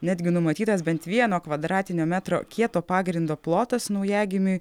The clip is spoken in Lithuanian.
netgi numatytas bent vieno kvadratinio metro kieto pagrindo plotas naujagimiui